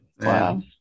Wow